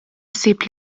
ħsieb